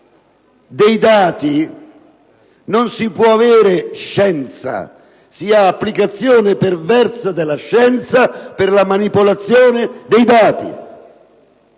dei dati, non si può avere scienza; si ha applicazione perversa della scienza per la manipolazione dei dati.